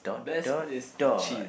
best place to chill